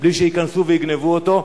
בלי שייכנסו ויגנבו אותו.